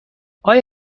آیا